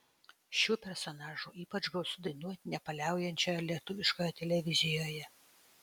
šių personažų ypač gausu dainuoti nepaliaujančioje lietuviškoje televizijoje